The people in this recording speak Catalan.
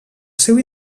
seu